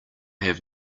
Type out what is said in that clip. have